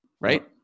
right